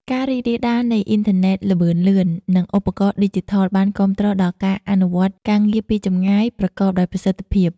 ការរីករាលដាលនៃអ៊ីនធឺណិតល្បឿនលឿន និងឧបករណ៍ឌីជីថល បាន គាំទ្រដល់ការអនុវត្តការងារពីចម្ងាយ ប្រកបដោយប្រសិទ្ធភាព។